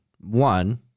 one